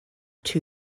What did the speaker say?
two